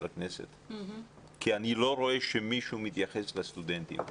הכנסת כי אני לא רואה שמישהו מתייחס לסטודנטים האלה.